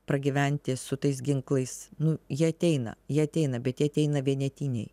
pragyventi su tais ginklais nu jie ateina jie ateina bet jie ateina vienetiniai